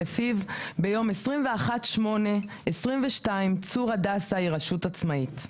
לפיו ביום 21.8.22 צור הדסה היא רשות עצמאית.